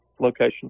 location